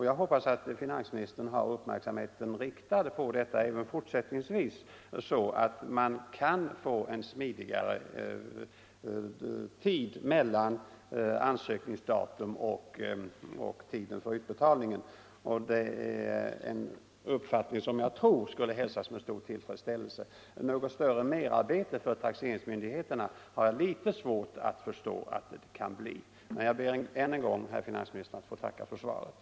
Jag hoppas att finansministern även fortsättningsvis kommer att ha uppmärksamheten riktad på detta problem, så att tiden för utbetalningen smidigare kan anpassas till ansökningsdatum. Det skulle säkert hälsas med stor tillfredsställelse. Något större merarbete för taxeringsmyndigheterna har jag litet svårt att förstå att det kan bli fråga om. Jag ber dock än en gång, herr finansminister, att få tacka för svaret.